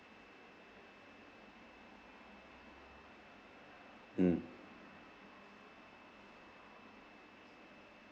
mm